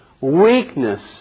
weakness